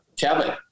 Kevin